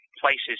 places